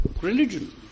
religion